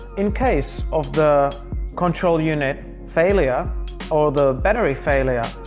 in case of the control unit failure or the battery failure,